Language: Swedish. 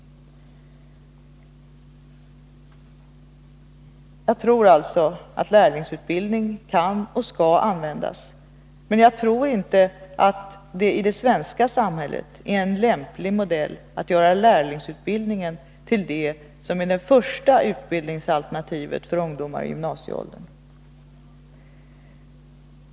Jag tror alltså att lärlingsutbildning kan och skall användas, men jag tror inte att det är en lämplig modell att i det svenska samhället göra lärlingsutbildningen till det första utbildningsalternativet för ungdomar i gymnasieåldern.